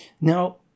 Now